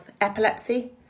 epilepsy